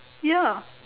ya